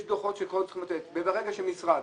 יש דוחות וברגע שמשרד